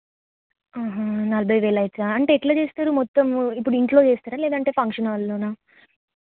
నలభై వేలు అవుతుందా అంటే ఎట్లా చేస్తారు మొత్తం ఇప్పుడు ఇంట్లో చేస్తారా లేదంటే ఫంక్షన్ హాల్లోనా